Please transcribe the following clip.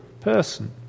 person